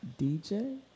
DJ